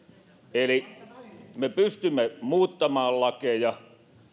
me pystymme muuttamaan lakeja ja